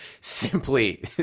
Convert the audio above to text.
simply